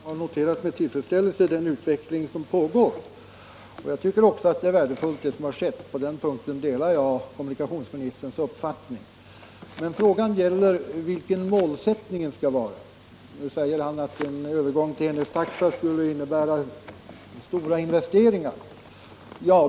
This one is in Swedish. Herr talman! Jag har med tillfredsställelse noterat den utveckling som pågår, och också jag tycker att det som har skett är värdefullt. På den punkten delar jag kommunikationsministerns uppfattning. Men frågan gäller vilken målsättningen skall vara. Kommunikationsministern säger att en övergång till enhetstaxa skulle innebära stora investeringar.